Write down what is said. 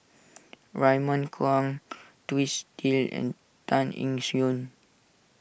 Raymond Kang Twisstii and Tan Eng